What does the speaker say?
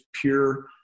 pure